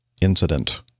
incident